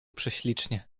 prześlicznie